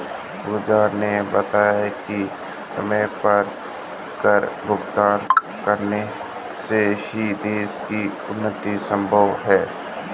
पूजा ने बताया कि समय पर कर भुगतान करने से ही देश की उन्नति संभव है